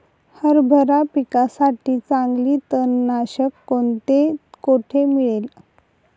हरभरा पिकासाठी चांगले तणनाशक कोणते, कोठे मिळेल?